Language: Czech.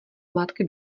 matky